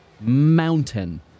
mountain